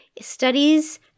studies